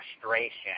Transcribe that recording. frustration